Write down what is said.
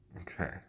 Okay